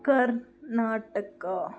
Karnataka